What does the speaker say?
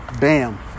Bam